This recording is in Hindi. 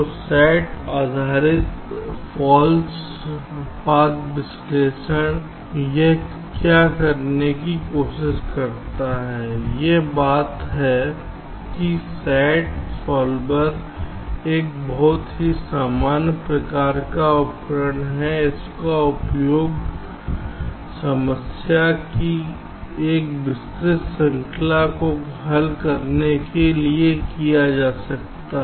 तो SAT आधारित फाल्स पथ विश्लेषण यह क्या करने की कोशिश करता है अब बात यह है कि SAT सॉल्वर एक बहुत ही सामान्य प्रकार का उपकरण है इसका उपयोग समस्याओं की एक विस्तृत श्रृंखला को हल करने के लिए किया जा सकता है